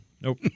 Nope